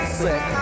sick